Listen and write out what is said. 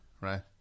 right